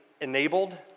enabled